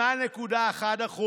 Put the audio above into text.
8.1%,